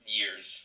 years